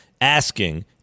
asking